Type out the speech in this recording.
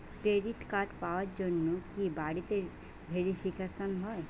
Credit card পাওয়ার জন্য কি বাড়িতে ভেরিফিকেশন হয়?